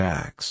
Tax